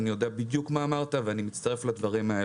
אז אני יודע בדיוק מה אמרת ואני מצטרף לדבריך.